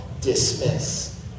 dismiss